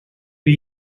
pre